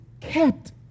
kept